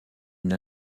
une